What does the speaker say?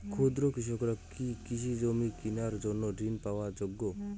ক্ষুদ্র কৃষকরা কি কৃষিজমি কিনার জন্য ঋণ পাওয়ার যোগ্য?